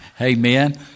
Amen